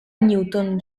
newton